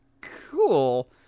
cool